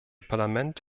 parlament